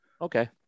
okay